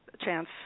chance